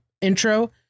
intro